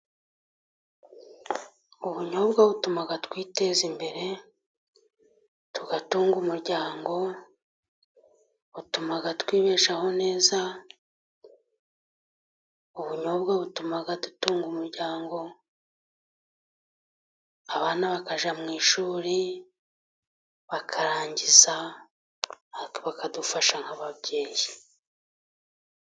Ubunyobwa butuma twiteza imbere tugatunga umuryango, butuma twibeshaho neza ubunyobwa butuma dutunga umuryango, abana bakajya mu ishuri bakarangiza bakadufasha nk'ababyeyi.